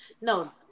No